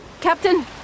captain